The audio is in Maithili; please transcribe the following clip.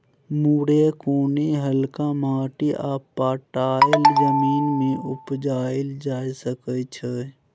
मुरय कोनो हल्का माटि आ पटाएल जमीन मे उपजाएल जा सकै छै